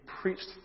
preached